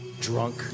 drunk